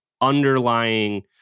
underlying